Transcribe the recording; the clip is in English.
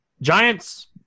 Giants